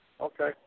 Okay